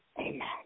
amen